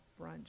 brunch